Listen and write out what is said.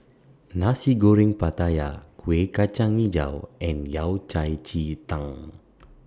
Nasi Goreng Pattaya Kuih Kacang Hijau and Yao Cai Ji Tang